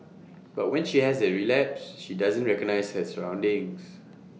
but when she has A relapse she doesn't recognise her surroundings